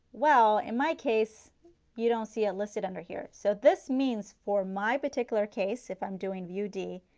well in my case you don't see it listed under here. so this means for my particular case, if i am doing view d,